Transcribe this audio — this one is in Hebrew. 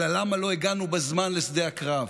אלא למה לא הגענו בזמן לשדה הקרב,